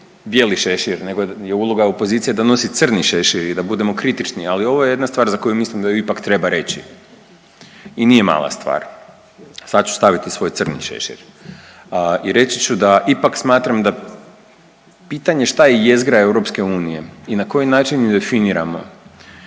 bijeli šešir, nego je uloga opozicije da nosi crni šešir i da budemo kritični, ali ovo je jedna stvar za koju mislim da ju ipak treba reći i nije mala stvar. Sad ću staviti svoj crni šešir i reći ću da ipak smatram da pitanje šta je jezgra EU i na koji način ju definiramo,